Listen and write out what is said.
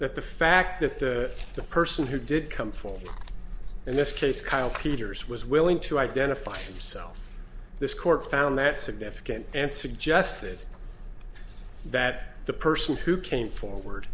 that the fact that the person who did come fall in this case kyle peters was willing to identify himself this court found that significant and suggested that the person who came forward